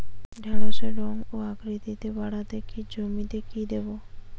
ঢেঁড়সের রং ও আকৃতিতে বাড়াতে জমিতে কি দেবো?